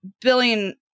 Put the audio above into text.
billion